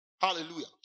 Hallelujah